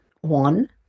one